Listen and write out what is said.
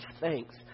thanks